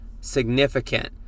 significant